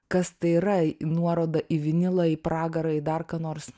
kas tai yra nuoroda į vinilą į pragarą į dar ką nors